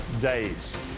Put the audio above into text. days